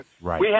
Right